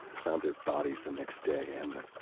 found their bodies the next day, and the.